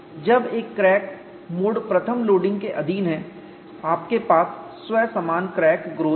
जब एक crack mode I loading के अधीन है आपके पास स्वसमान क्रैक ग्रोथ है